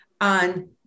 on